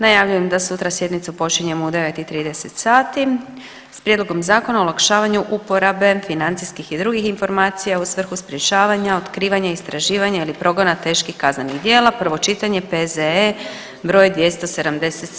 Najavljujem da sutra sjednicu počinjemo u 9 i 30 sati s Prijedlogom Zakona o olakšavanju uporabe financijskih i drugih informacija u svrhu sprječavanja, otkrivanja, istraživanja ili progona teških kaznenih djela, prvo čitanje, P.Z.E. broj 277.